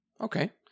Okay